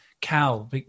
cal